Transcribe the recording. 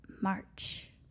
March